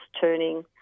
turning